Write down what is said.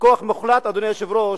וכוח מוחלט, אדוני היושב-ראש,